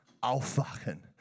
aufwachen